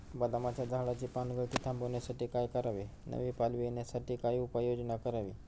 बदामाच्या झाडाची पानगळती थांबवण्यासाठी काय करावे? नवी पालवी येण्यासाठी काय उपाययोजना करावी?